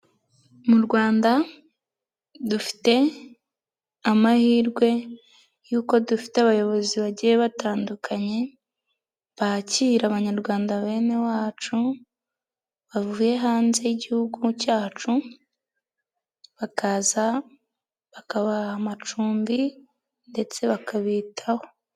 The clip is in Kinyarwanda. Mu Rwanda dufite amahirwe y'uko dufite abayobozi bagiye batandukanye, bakira abanyarwanda bene wacu, bavuye hanze y'Igihugu cyacu, bakaza bakabaha amacumbi ndetse bakabitaho.